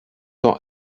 dans